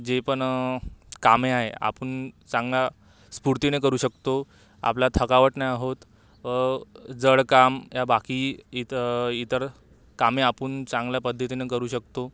जे पण कामे आहे आपण चांगला स्फूर्तीने करू शकतो आपला थकावट नाही होत जड काम या बाकी इतं इतर कामे आपण चांगल्या पद्धतीने करू शकतो